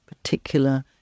particular